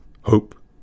Hope